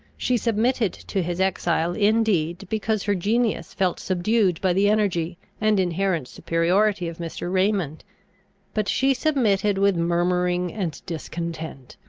she submitted to his exile indeed, because her genius felt subdued by the energy and inherent superiority of mr. raymond but she submitted with murmuring and discontent.